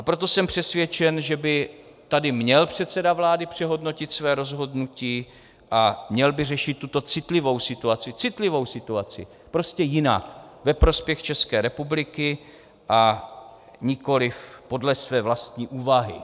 Proto jsem přesvědčen, že by tady měl předseda vlády přehodnotit své rozhodnutí a měl by řešit tuto citlivou situaci, citlivou situaci, prostě jinak, ve prospěch České republiky, a nikoliv podle své vlastní úvahy.